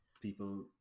people